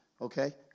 okay